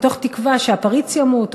מתוך תקווה שהפריץ ימות,